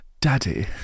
Daddy